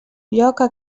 lloca